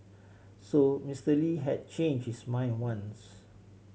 so Mister Lee had changed his mind once